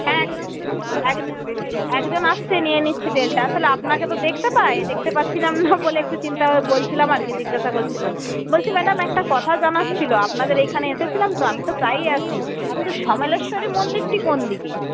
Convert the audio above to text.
হ্যাঁ একজন একজন আসছে নিয়ে নিচ্ছি তেলটা আসলে আপনাকে তো দেখতে পাই দেখতে পাচ্ছিলাম না বলে একটু চিন্তা বলছিলাম আর কি জিজ্ঞাসা করছিলাম বলছি ম্যাডাম একটা কথা জানার ছিল আপনাদের এইখানে এসেছিলাম তো আমি তো প্রায়ই আসি কিন্তু সম্বলেশ্বরী মন্দিরটি কোন দিকে